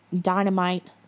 Dynamite